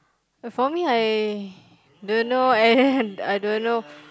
but for me I don't know and I don't know